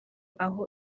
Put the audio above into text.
aho